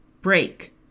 break